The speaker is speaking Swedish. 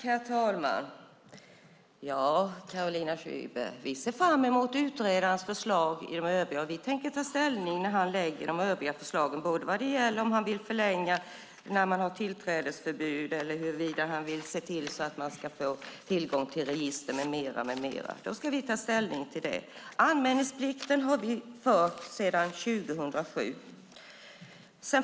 Herr talman! Vi ser fram emot utredarens förslag, Carolina Szyber, och vi tänker ta ställning när han lägger fram de övriga förslagen - både vad gäller om han vill förlänga när man har tillträdesförbud eller om han vill se till att man ska få tillgång till register med mera. Då ska vi ta ställning till det. Anmälningsplikten har vi drivit sedan 2007.